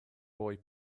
boy